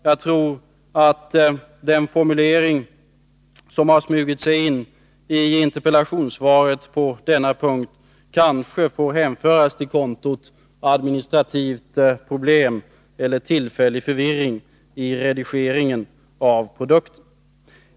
Jag tror att den formulering som har smugit sig in i interpellationssvaret på denna punkt kanske kan hänföras till kontot administrativt problem eller tillfällig förvirring i redigeringen av produkten.